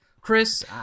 Chris